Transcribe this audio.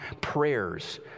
prayers